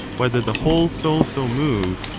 whether the whole soul so move,